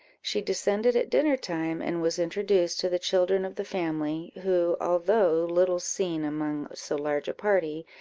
she descended at dinner-time, and was introduced to the children of the family, who, although little seen among so large a party,